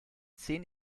zehn